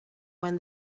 when